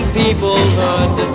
peoplehood